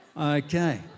Okay